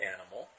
Animal